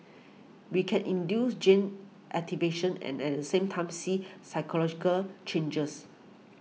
we can induce gene activation and at the same time see cycle logical changes